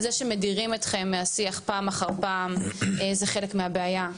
זה שמדירים אתכם מהשיח פעם אחר פעם זה חלק מהבעיה,